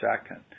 second